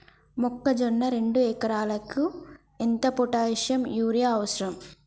మొక్కజొన్న రెండు ఎకరాలకు ఎంత పొటాషియం యూరియా అవసరం?